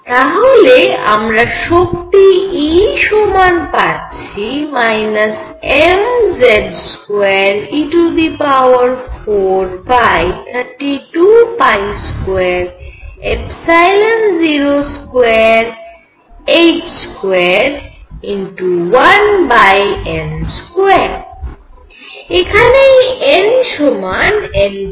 তাহলে আমরা শক্তি E সমান পাচ্ছি mZ2e43220221n2 এখানে এই n সমান nnr